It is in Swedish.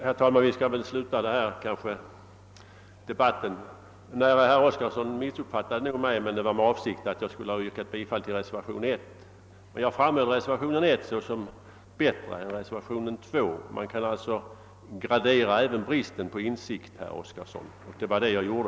Herr talman! Det torde nu vara dags att avsluta denna debatt. Herr Oskarson missuppfattade mig nog avsiktligt när han frågade om jag hade yrkat bifall till reservationen 1. Jag framhöll bara reservationen 1 såsom bättre än reservationen 2. Man kan ju även gradera bristen på insikt, herr Oskarson, och det var det jag gjorde.